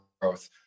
growth